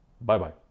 bye-bye